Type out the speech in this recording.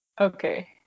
Okay